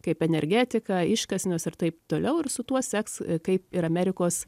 kaip energetika iškasenos ir taip toliau ir su tuo seks kaip ir amerikos